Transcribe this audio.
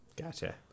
Gotcha